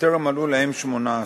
שטרם מלאו להם 18,